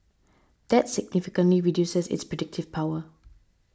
that significantly reduces its predictive power